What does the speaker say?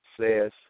Says